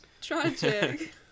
tragic